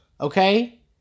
Okay